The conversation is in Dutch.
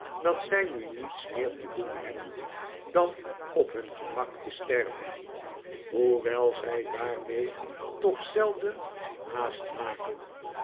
dat zij nu niets meer te doen hebben dan op hun gemak te sterven hoewel zij daarmee toch zelden haast maken